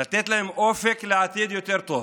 לתת להם אופק לעתיד יותר טוב,